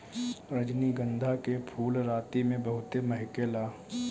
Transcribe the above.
रजनीगंधा के फूल राती में बहुते महके ला